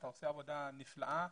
אתה עושה עבודה נפלאה.